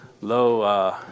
low